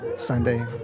Sunday